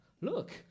Look